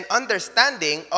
understanding